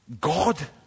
God